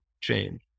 change